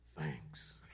Thanks